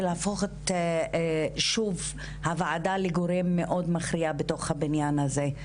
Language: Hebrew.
ולהפוך שוב את הוועדה לגורם מאוד מכריע בתוך הבניין הזה.